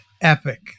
epic